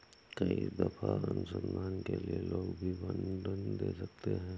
कई दफा अनुसंधान के लिए लोग भी फंडस दे सकते हैं